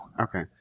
Okay